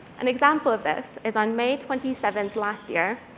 an example of this is on may twenty seven last year,